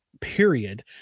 period